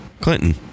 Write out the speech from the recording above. Clinton